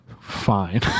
fine